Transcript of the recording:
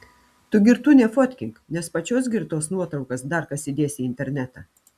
tu girtų nefotkink nes pačios girtos nuotraukas dar kas įdės į internetą